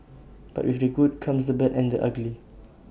but with the good comes the bad and the ugly